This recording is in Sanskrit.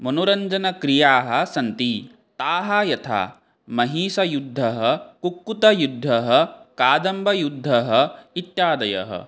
मनोरञ्जनक्रियाः सन्ति ताः यथा महिषयुद्धं कुक्कुटयुद्धं कादम्बयुद्धम् इत्यादयः